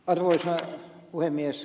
arvoisa puhemies